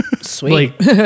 Sweet